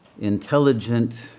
intelligent